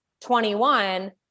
21